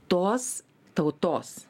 tos tautos